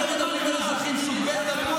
אתם מדברים על אזרחים סוג ב'?